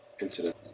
incident